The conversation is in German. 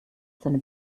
seine